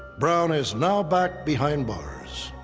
brown is now back behind bars.